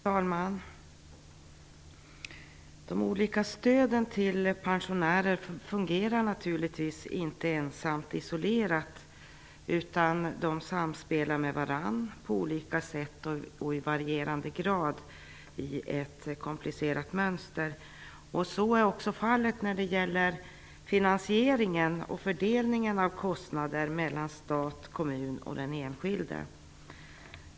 Fru talman! De olika stöden till pensionärer fungerar naturligtvis inte ensamma och isolerade, utan de samspelar med varandra på olika sätt och i varierande grad i ett komplicerat mönster. Så är också fallet när det gäller finansieringen och fördelningen av kostnader mellan stat, kommun och den enskilde.